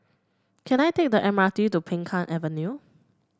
can I take the M R T to Peng Kang Avenue